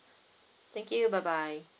thank you bye bye